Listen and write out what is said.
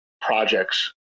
projects